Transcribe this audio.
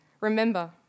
Remember